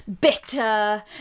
bitter